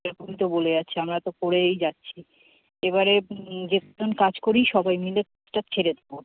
বলে যাচ্ছে আমরা তো করেই যাচ্ছি এবারে কাজ করি সবাই মিলে ছেড়ে দেবো